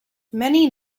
many